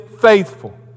faithful